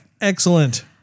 Excellent